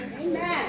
Amen